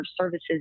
services